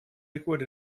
liquid